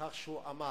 בכך שהוא אמר